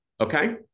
Okay